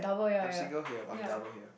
I'm single here I'm double here